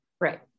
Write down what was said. Right